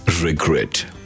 regret